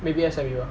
maybe S_M_U ah